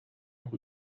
noch